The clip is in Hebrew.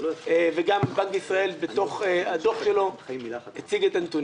וגם בנק ישראל בתוך הדוח שלו הציג את הנתונים.